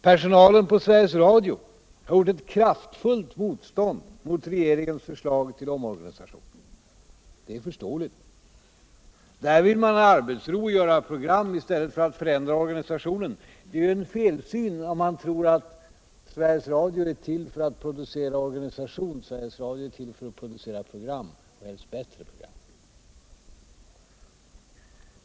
Personalen på Sveriges Radio har gjort ett kraftfullt motstånd mot regeringens förslag till omorganisation. Det är förståeligt. Där vill man ha arbetsro och göra program i stället för avt förändra organisationen. Det är en felsyn. om man tror att Sveriges Radio är ull för att producera organisation. Sveriges Radio är till för att producera program, och helst bättre program.